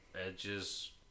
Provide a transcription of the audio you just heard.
edges